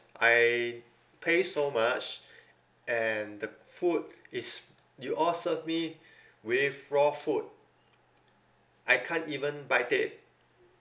I pay so much and the food is you all serve me with raw food I can't even bite it